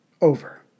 over